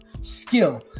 skill